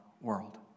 world